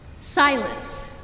Silence